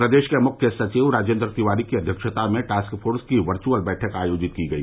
प्रदेश के मुख्य सचिव राजेन्द्र तिवारी की अध्यक्षता में टास्क फोर्स की वर्च्अल बैठक आयोजित की गई